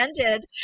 ended